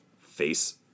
face